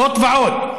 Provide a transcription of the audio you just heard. זאת ועוד,